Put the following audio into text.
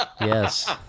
Yes